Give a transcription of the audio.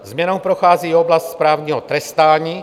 Změnou prochází i oblast právního trestání.